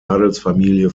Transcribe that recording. adelsfamilie